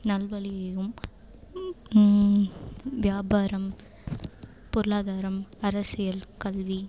நல்வழியிலும் வியாபாரம் பொருளாதாரம் அரசியல் கல்வி